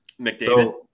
McDavid